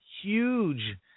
huge